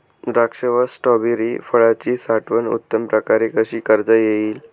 द्राक्ष व स्ट्रॉबेरी फळाची साठवण उत्तम प्रकारे कशी करता येईल?